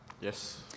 Yes